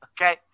okay